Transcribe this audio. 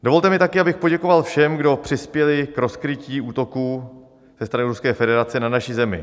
Dovolte mi taky, abych poděkoval všem, kdo přispěli k rozkrytí útoků ze strany Ruské federace na naši zemi.